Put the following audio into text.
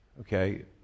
Okay